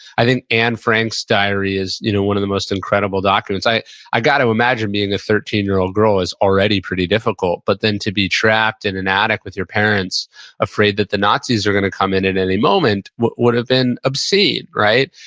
i think anne frank's diary is you know one of the most incredible documents. i i got to imagine being a thirteen year old girl is already pretty difficult, but then to be trapped in an attic with your parents afraid that the nazis are going to come in at any moment, would have been obscene, right?